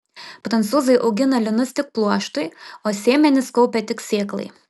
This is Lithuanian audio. prancūzai augina linus tik pluoštui o sėmenis kaupia tik sėklai